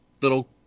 little